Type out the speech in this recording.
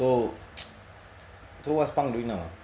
so so what's pang doing now